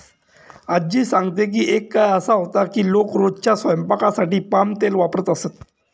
आज्जी सांगते की एक काळ असा होता की लोक रोजच्या स्वयंपाकासाठी पाम तेल वापरत असत